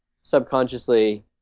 subconsciously